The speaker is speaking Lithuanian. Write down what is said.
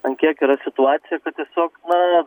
an kiek yra situacija kad tiesiog na